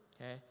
okay